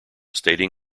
stating